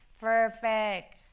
perfect